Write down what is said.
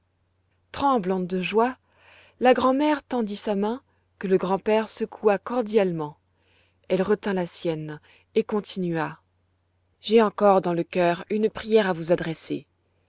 tremblante de joie la grand'mère tendit sa main que le grand-père secoua cordialement elle retint la sienne et continua j'ai encore dans le cœur une prière à vous adresser